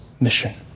mission